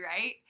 right